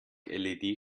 led